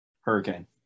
Hurricane